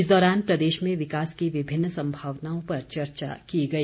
इस दौरान प्रदेश में विकास की विभिन्न संभावनाओं पर चर्चा की गई